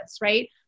right